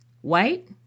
white